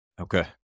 Okay